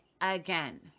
again